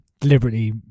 deliberately